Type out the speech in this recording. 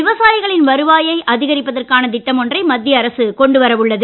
விவசாயிகளின் வருவாயை அதிகரிப்பதற்கான திட்டம் ஒன்றை மத்திய அரசு கொண்டு வர உள்ளது